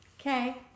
Okay